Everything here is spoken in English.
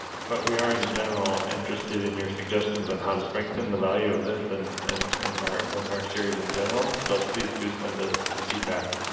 but we are, in general, interested in your suggestions on how to strengthen the value of this and and and webinar series in general. so, please, do send us feedback.